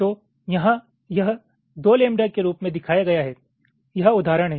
तो यहाँ यह दो लैम्बडा के रूप में दिखाया गया है यह उदाहरण है